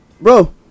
bro